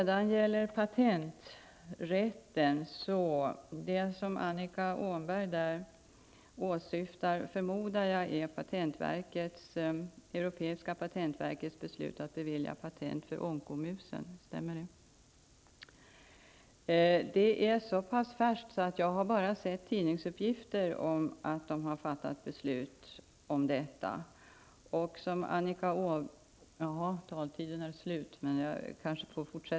Det som Annika Åhnberg åsyftar när det gäller patenträtten förmodar jag är europeiska patentverkets beslut att bevilja patent för onkomusen. Det är så färskt att jag bara sett tidningsuppgifter om att man har fattat beslut om det.